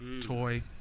toy